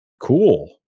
cool